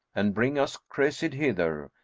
and bring us cressid hither.